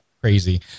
Crazy